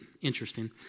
Interesting